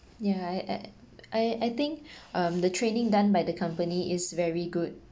ya I I I I think um the trading done by the company is very good